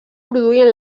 produïen